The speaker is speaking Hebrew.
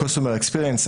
consumer experience,